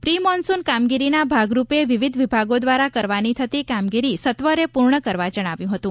pre monsoon કામગીરીના ભાગરૂપે વિવિધ વિભાગો દ્વારા કરવાની થતી કામગીરી સત્વરે પૂર્ણ કરવા જણાવ્યું હતું